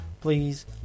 please